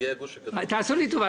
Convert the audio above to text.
נציגי הגוש --- תעשו לי טובה,